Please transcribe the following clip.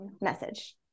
message